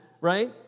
right